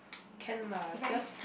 can lah just